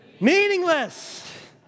meaningless